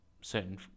certain